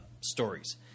stories